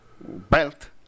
belt